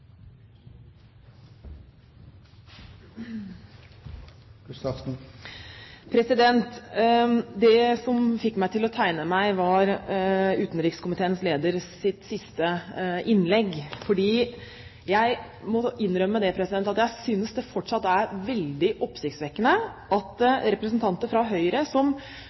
Det som fikk meg til å tegne meg, var utenrikskomiteens leders siste innlegg. Jeg må innrømme at jeg synes det fortsatt er veldig oppsiktsvekkende at representanter fra Høyre